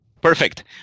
Perfect